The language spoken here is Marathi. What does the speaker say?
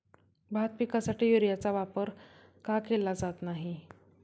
भात पिकासाठी युरियाचा वापर का केला जात नाही?